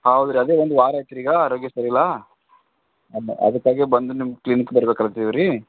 ಹೌದು ರೀ ಅದೇ ಒಂದು ವಾರ ಆಯ್ತು ರೀ ಈಗ ಆರೋಗ್ಯ ಸರಿ ಇಲ್ಲ ಅದಕ್ಕಾಗೇ ಬಂದು ನಿಮ್ಮ ಕ್ಲಿನಿಕ್ಗೆ ಬರ್ಬೇಕು ಅಲತ್ತೀವಿ ರೀ